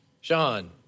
Sean